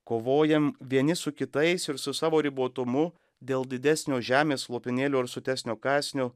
kovojam vieni su kitais ir su savo ribotumu dėl didesnio žemės lopinėlio ir sotesnio kąsnio